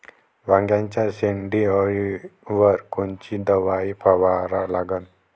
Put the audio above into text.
वांग्याच्या शेंडी अळीवर कोनची दवाई फवारा लागन?